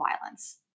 violence